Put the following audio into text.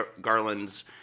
Garland's